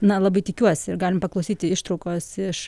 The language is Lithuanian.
na labai tikiuosi ir galim paklausyti ištraukos iš